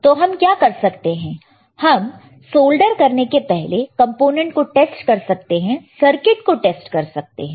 तो हम क्या कर सकते हैं कि हम सोल्डर करने के पहले कंपोनेंट को टेस्ट कर सकते हैं सर्किट को टेस्ट कर सकते हैं